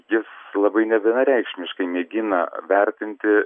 jis labai nevienareikšmiškai mėgina vertinti